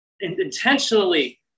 intentionally